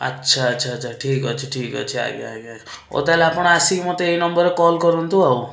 ଆଚ୍ଛା ଆଚ୍ଛା ଆଚ୍ଛା ଠିକ୍ଅଛି ଠିକ୍ଅଛି ଆଜ୍ଞା ଆଜ୍ଞା ଆଜ୍ଞା ହଉ ତାହେଲେ ଆପଣ ଆସିକି ମୋତେ ଏଇ ନମ୍ବରରେ କଲ କରନ୍ତୁ ଆଉ